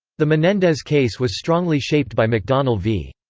the menendez case was strongly shaped by mcdonnell v.